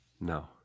No